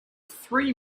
three